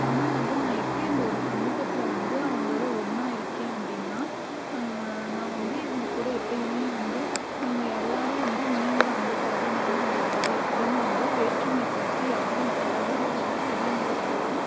ஆனால் வந்து நான் எப்படி அந்த ஒரு சமூகத்தில் வந்து அவர்களோட ஒன்றா இருக்கேன் அப்படினா நான் வந்து இவங்கக்கூட எப்பயுமே வந்து நாங்கள் எல்லாேரும் வந்து நீங்கள் அந்த ஜாதி நாங்கள் அந்த ஜாதி அப்படினு வந்து வேற்றுமை பார்த்து யாரும் பழகவும் இல்லை பெரியவர்களுக்குள்ளையும்